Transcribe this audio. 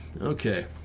Okay